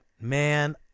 man